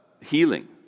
healing